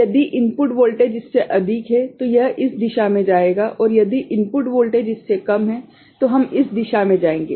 यदि input voltage इससे अधिक है तो यह इस दिशा मे जाएगा और यदि इनपुट वोल्टेज इससे कम है तो हम इस दिशा में जाएंगे